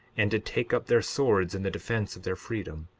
and did take up their swords in the defence of their freedom,